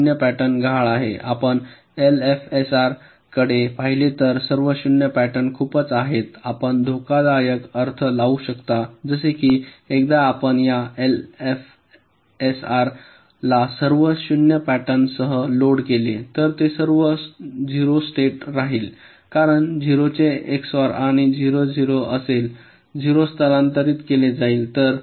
सर्व 0 पॅटर्न गहाळ आहे आपण एलएफएसआरकडे पाहिले तर सर्व 0 पॅटर्न खूपच आहेत आपण धोकादायक अर्थ सांगू शकता जसे की एकदा आपण या एलएफएसआरला सर्व 0 पॅटर्नसह लोड केले तर ते सर्व 0 स्टेट राहील कारण 0 चे एक्सओआर आणि 0 0 असेल 0 स्थानांतरित केले जाईल